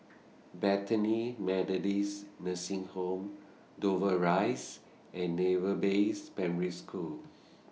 Bethany Methodist Nursing Home Dover Rise and Naval Base Primary School